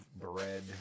bread